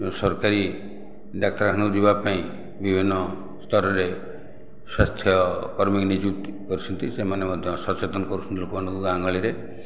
ସରକାରୀ ଡାକ୍ତରଖାନାକୁ ଯିବା ପାଇଁ ବିଭିନ୍ନ ସ୍ତରରେ ସ୍ଵାସ୍ଥକର୍ମୀ ନିଯୁକ୍ତି କରିଛନ୍ତି ସେମାନେ ମଧ୍ୟ ସଚେତନ କରୁଛନ୍ତି ଲୋକ ମାନଙ୍କୁ ଗାଁ ଗହଳିରେ